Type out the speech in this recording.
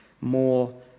more